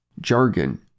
Jargon